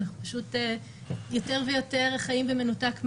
אנחנו יותר ויותר חיים במנותק מהטבע,